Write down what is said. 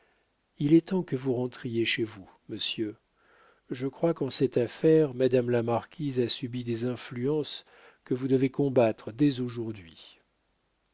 il est temps que vous rentriez chez vous monsieur je crois qu'en cette affaire madame la marquise a subi des influences que vous devez combattre dès aujourd'hui